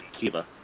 Kiva